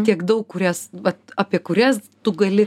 tiek daug kurias vat apie kurias tu gali